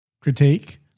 critique